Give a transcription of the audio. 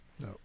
no